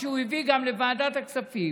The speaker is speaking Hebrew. שהוא הביא גם לוועדת הכספים,